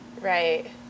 Right